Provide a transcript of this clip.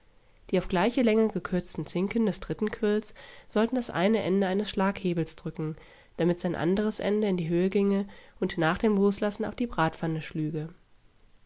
die auf gleiche länge gekürzten zinken des dritten quirls sollten das eine ende eines schlaghebels drücken damit sein anderes ende in die höhe ginge und nach dem loslassen auf die bratpfanne schlüge